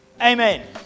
Amen